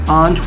on